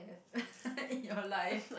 in your life